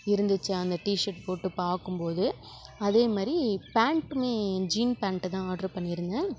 இருந்துச்சு டிஷர்ட் போட்டு பார்க்கும் போது அதேமாரி பேண்ட்டுமே ஜீன் பேண்ட் தான் ஆர்டர் பண்ணிருந்தேன்